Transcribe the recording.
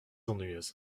ennuyeuse